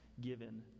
given